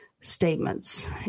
statements